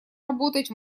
работать